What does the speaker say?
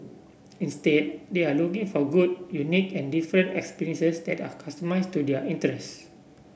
instead they are looking for good unique and different experiences that are customised to their interests